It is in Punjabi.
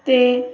ਅਤੇ